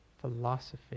Philosophy